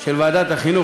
של ועדת החינוך,